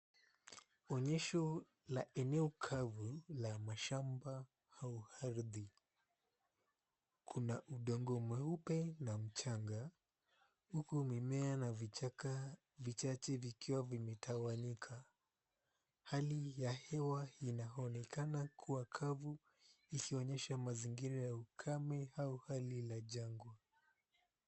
Onyesho la eneo kavu la mashamba au ardhi kuna udongo mweupe na mchanga huku mimea na vichaka vchache vikiwa vimetawanyika hali ya hewa inaonekana kua kavu ikionyesha mazingira ya ukame au hali la jangwa.